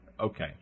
Okay